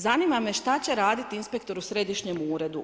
Zanima me šta će raditi inspektor u središnjem uredu.